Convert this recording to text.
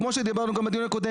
כמו שדיברנו גם בדיון הקודם,